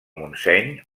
montseny